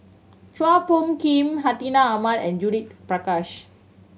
Chua Phung Kim Hartinah Ahmad and Judith Prakash